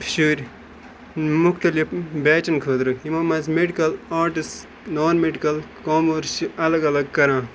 شُرۍ مختلف بیچَن خٲطرٕ یِمَن منٛز مٮ۪ڈِکَل آٹٕس نان مٮ۪ڈِکَل کامٲرٕس چھِ الگ الگ کَران